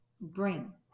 bring